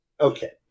Okay